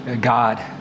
God